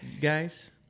guys